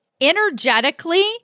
energetically